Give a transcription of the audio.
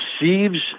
receives